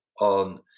on